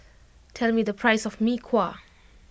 tell me the price of Mee Kuah